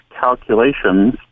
calculations